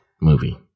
movie